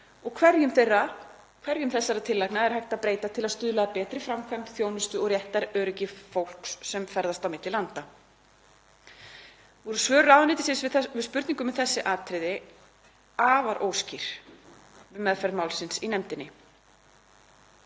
hverjum þessara tillagna er hægt að breyta til að stuðla að betri framkvæmd, þjónustu og réttaröryggi fyrir fólk sem ferðast milli landa. Voru svör ráðuneytisins við spurningum um þessi atriði afar óskýr við meðferð málsins í nefndinni.